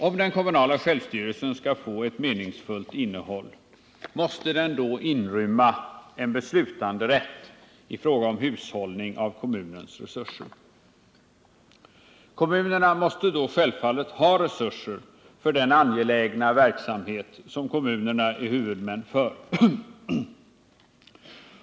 Om den kommunala självstyrelsen skall få ett meningsfullt innehåll måste den inrymma beslutanderätt i fråga om hushållning med kommunens resurser. Kommunerna måste då självfallet ha resurser för den angelägna verksamhet som kommunerna är huvudmän för.